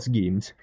games